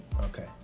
Okay